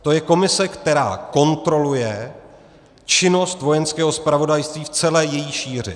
To je komise, která kontroluje činnost Vojenského zpravodajství v celé její šíři.